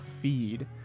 feed